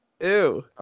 Ew